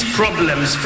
problems